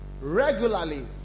regularly